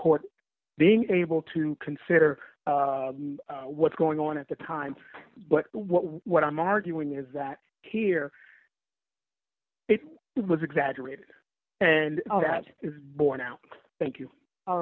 court being able to consider what's going on at the time but what i'm arguing is that here it was exaggerated and that is borne out thank you all